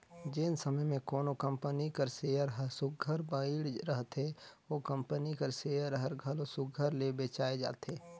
जेन समे में कोनो कंपनी कर सेयर हर सुग्घर बइढ़ रहथे ओ कंपनी कर सेयर हर घलो सुघर ले बेंचाए जाथे